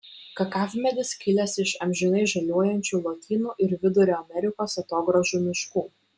kakavmedis kilęs iš amžinai žaliuojančių lotynų ir vidurio amerikos atogrąžų miškų